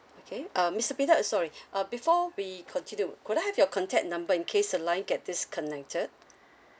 okay um mister peter sorry uh before we continue could I have your contact number in case the line get disconnected